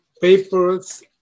papers